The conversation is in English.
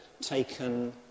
taken